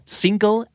single